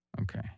Okay